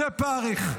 זה פרך.